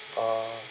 ah